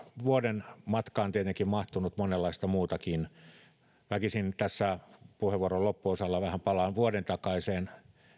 vuoden matkaan tietenkin mahtunut monenlaista muutakin palaan väkisin tässä puheenvuoron loppuosassa vähän vuoden takaiseen